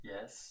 Yes